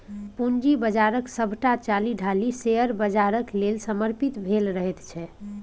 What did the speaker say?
पूंजी बाजारक सभटा चालि ढालि शेयर बाजार लेल समर्पित भेल रहैत छै